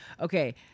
Okay